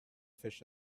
fish